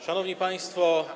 Szanowni Państwo!